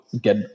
get